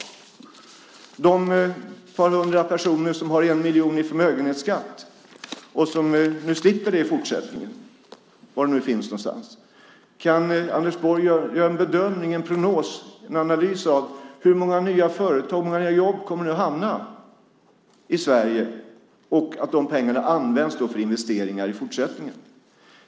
När det gäller de ett par hundra personer som har 1 miljon i förmögenhetsskatt och nu slipper den i fortsättningen - var de nu finns någonstans - undrar jag om Anders Borg kan göra en analys av hur många nya företag och nya jobb som kommer att hamna i Sverige och hur de pengarna i fortsättningen används för investeringar.